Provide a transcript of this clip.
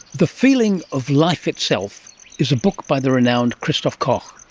the feeling of life itself is a book by the renowned christof koch.